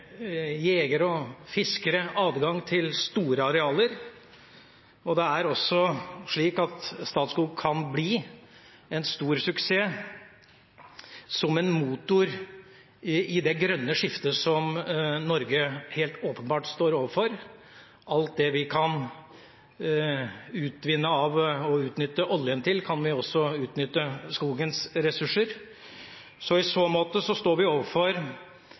jegere og fiskere adgang til store arealer, og det er også slik at Statskog kan bli en stor suksess som en motor i det grønne skiftet som Norge helt åpenbart står overfor. Slik vi kan utvinne og utnytte oljen, kan vi også utnytte skogens ressurser. I så måte står vi overfor